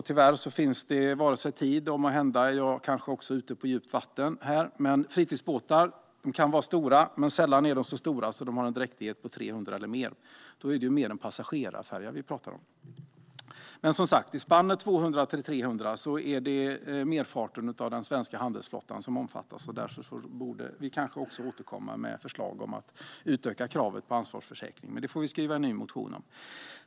Tyvärr är tiden kort, och måhända är jag nu ute på djupt vatten. Även fritidsbåtar kan ju vara stora, men sällan är de så stora att de har en dräktighet på 300 eller mer - då är det mer en passagerarfärja vi talar om. Med ett spann på 20-300 omfattas dock merparten av den svenska handelsflottan, och därför borde vi kanske också återkomma med förslag om att utöka kravet på ansvarsförsäkringen. Det får vi skriva en ny motion om.